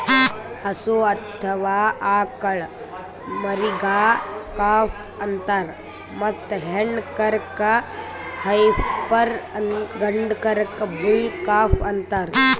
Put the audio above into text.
ಹಸು ಅಥವಾ ಆಕಳ್ ಮರಿಗಾ ಕಾಫ್ ಅಂತಾರ್ ಮತ್ತ್ ಹೆಣ್ಣ್ ಕರಕ್ಕ್ ಹೈಪರ್ ಗಂಡ ಕರಕ್ಕ್ ಬುಲ್ ಕಾಫ್ ಅಂತಾರ್